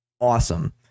awesome